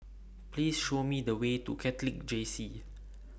Please Show Me The Way to Catholic J C